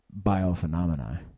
biophenomena